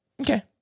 Okay